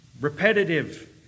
Repetitive